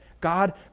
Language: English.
God